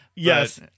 Yes